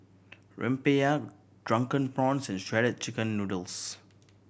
rempeyek Drunken Prawns and Shredded Chicken Noodles